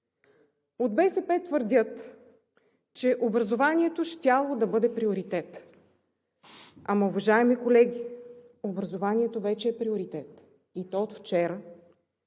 От БСП твърдят, че образованието щяло да бъде приоритет. Ама, уважаеми колеги, образованието вече е приоритет и то не от вчера,